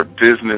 business